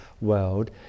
world